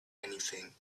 anything